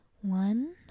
one